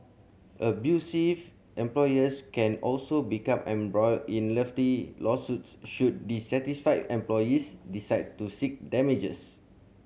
abusive employers can also become embroiled in hefty lawsuits should dissatisfied employees decide to seek damages